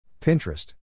Pinterest